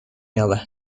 یابد